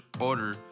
order